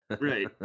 Right